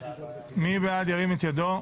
מי בעד, ירים את ידו.